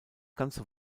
ganze